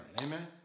Amen